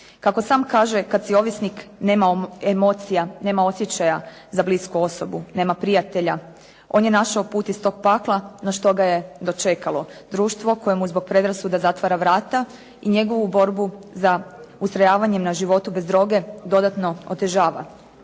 Kako sam kaže kada si ovisnik nema emocija, nema osjećaja za blisku osobu, nema prijatelja, on je našao put iz tog pakla na što ga je dočekalo društvo koje mu zbog predrasuda zatvara vrata i njegovu borbu za ustrojavanjem na životu bez droge dodatno otežava.